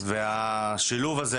השילוב הזה,